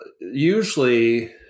Usually